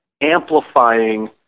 amplifying